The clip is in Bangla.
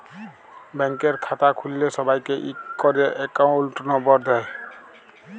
ব্যাংকের খাতা খুল্ল্যে সবাইকে ইক ক্যরে একউন্ট লম্বর দেয়